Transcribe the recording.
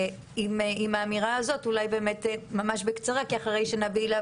ועם האמירה הזאת אולי באמת ממש בקצרה כי אחרי שנבילה